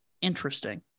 Interesting